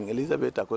Elizabeth